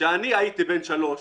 כאשר הייתי בן שלוש